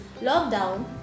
Lockdown